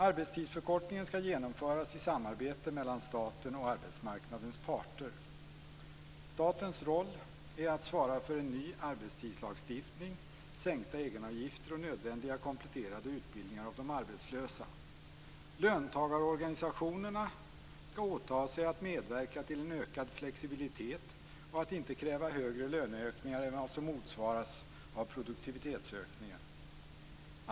Arbetstidsförkortningen skall genomföras i samarbete mellan staten och arbetsmarknadens parter. Statens roll är att svara för en ny arbetstidslagstiftning, sänkta egenavgifter och nödvändiga kompletterande utbildningar av de arbetslösa. Löntagarorganisationerna skall åta sig att medverka till en ökad flexibilitet och att inte kräva högre löneökningar än vad som motsvaras av produktivitetsökningen.